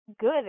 good